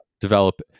develop